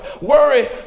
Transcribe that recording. worry